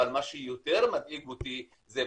אבל מה שיותר מדאיג אותי זה,